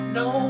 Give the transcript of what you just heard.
no